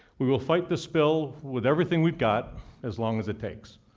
we will fight this spill with everything we've got as long as it takes.